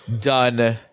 done